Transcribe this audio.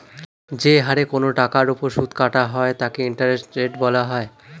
যে হারে কোন টাকার উপর সুদ কাটা হয় তাকে ইন্টারেস্ট রেট বলা হয়